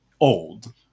old